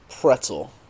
pretzel